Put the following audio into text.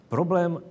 Problém